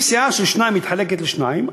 אם סיעה של שניים מתחלקת לשניים,